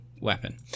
Weapon